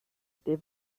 they